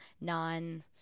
non